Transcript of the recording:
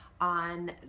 on